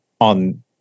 on